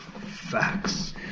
facts